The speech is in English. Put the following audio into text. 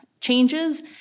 changes